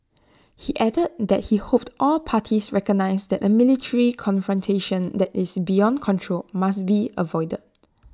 he added that he hoped all parties recognise that A military confrontation that is beyond control must be avoided